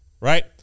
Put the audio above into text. right